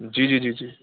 جی جی جی جی